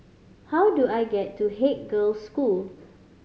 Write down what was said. how do I get to Haig Girls' School